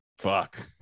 Fuck